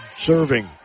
serving